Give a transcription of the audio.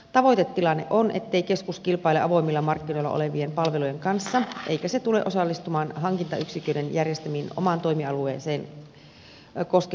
tavoitetilanne on ettei keskus kilpaile avoimilla markkinoilla olevien palvelujen kanssa eikä se tule osallistumaan hankintayksiköiden järjestämiin omaa toimialuetta koskeviin kilpailutuksiin